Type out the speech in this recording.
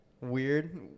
weird